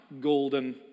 golden